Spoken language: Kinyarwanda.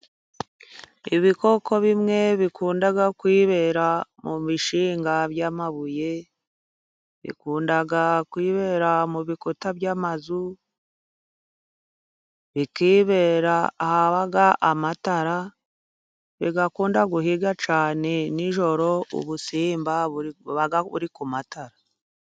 Ibikoko bimwe bikunda kuyibera mu bishyinga by'amabuye bikunda kwibera mu bikuta by'amazu ,bkibera ahaba amatara ,bigakunda guhiga cyane nijoro ubusimba buri ku matara.